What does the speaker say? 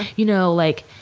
you know, like,